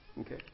Okay